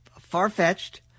far-fetched